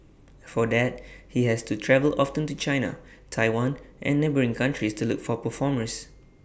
for that he has to travel often to China Taiwan and neighbouring countries to look for performers